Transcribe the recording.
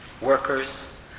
workers